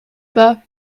pas